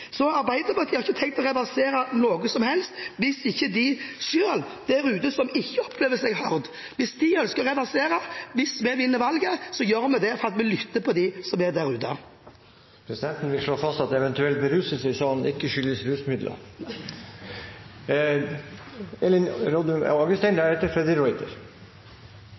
Så Arbeiderpartiet har ikke tenkt å reversere noe som helst hvis ikke de selv, der ute, som ikke opplever seg hørt, ønsker å reversere. Hvis vi vinner valget, gjør vi det fordi vi lytter til dem som er der ute. Presidenten vil slå fast at eventuell beruselse i salen ikke skyldes rusmidler.